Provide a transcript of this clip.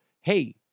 hey